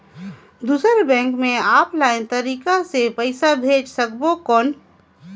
दुसर बैंक मे ऑफलाइन तरीका से पइसा भेज सकबो कौन?